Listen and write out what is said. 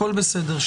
הכול בסדר.